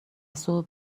صبح